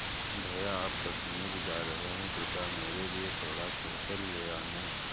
भैया आप कश्मीर जा रहे हैं कृपया मेरे लिए थोड़ा केसर ले आना